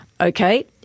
Okay